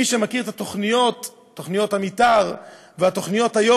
מי שמכיר את תוכניות המתאר ואת התוכניות היום